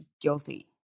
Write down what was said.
guilty